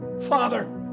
Father